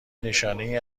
نشانهای